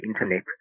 internet